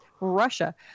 Russia